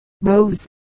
Rose